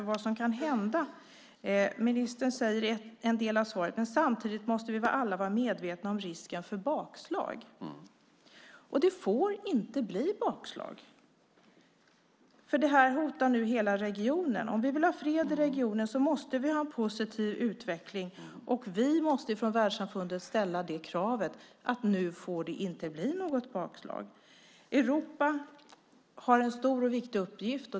Vad kan hända? Ministern säger i en del av svaret: Samtidigt måste vi alla vara medvetna om risken för bakslag. Det får inte bli bakslag! Det här hotar nu hela regionen. Om vi vill ha fred i regionen måste vi ha en positiv utveckling, och vi måste från världssamfundet ställa kravet att det inte får bli något bakslag. Europa har en stor och viktig uppgift.